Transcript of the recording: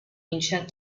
ancient